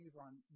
on